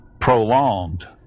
prolonged